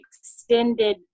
extended